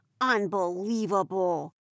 Unbelievable